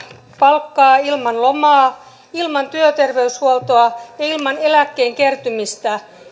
palkkaa ilman lomaa ilman työterveyshuoltoa ja ilman eläkkeen kertymistä